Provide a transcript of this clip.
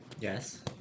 Yes